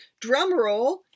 drumroll